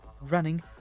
running